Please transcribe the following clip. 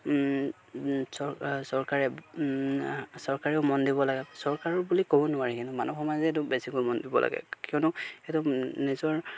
চৰকাৰে চৰকাৰেও মন দিব লাগে চৰকাৰো বুলি ক'ব নোৱাৰি কিন্তু মানুহ সমাজে এইটো বেছিকৈ মন দিব লাগে কিয়নো সেইটো নিজৰ